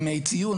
ימי ציון,